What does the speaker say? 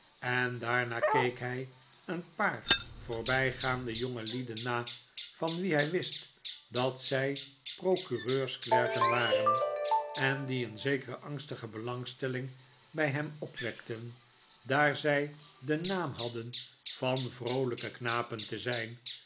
en daarna keek hij een paar voorbijgaande jongelieden na van wie hij wist dat zij procureursklerken waren en die een zekere angstige belangstelling bij hem opwekten daar zij den naam hadden van vroolijke knapen te zijn